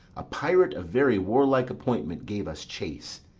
a pirate of very warlike appointment gave us chase.